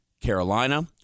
Carolina